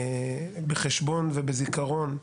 מבחן בחשבון ובזיכרון,